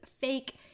fake